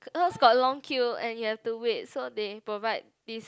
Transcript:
cause got long queue and you have to wait so they provide this